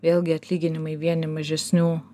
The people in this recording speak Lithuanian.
vėlgi atlyginimai vieni mažesnių